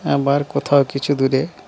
আবার কোথাও কিছু দূরে